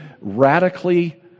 radically